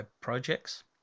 projects